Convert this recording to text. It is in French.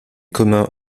communs